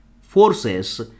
forces